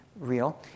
real